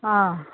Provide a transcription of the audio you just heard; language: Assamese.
অঁ